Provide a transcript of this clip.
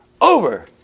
over